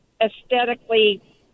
aesthetically